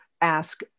ask